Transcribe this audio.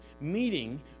meeting